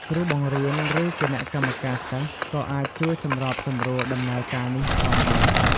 គ្រូបង្រៀន ឬគណៈកម្មការសិស្សក៏អាចជួយសម្របសម្រួលដំណើរការនេះផងដែរ។